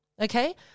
Okay